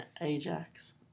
Ajax